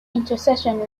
intersection